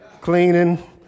cleaning